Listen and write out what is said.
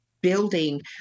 building